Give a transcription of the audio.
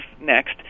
next